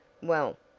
well,